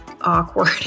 awkward